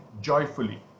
joyfully